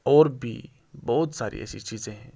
اور بی بہت ساری ایسی چیزیں ہیں